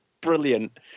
brilliant